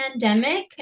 pandemic